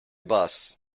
bus